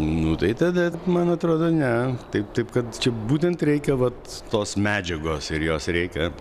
nu tai tada man atrodo ne taip taip kad čia būtent reikia vat tos medžiagos ir jos reikia